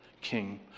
King